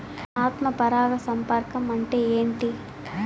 ఆత్మ పరాగ సంపర్కం అంటే ఏంటి?